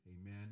Amen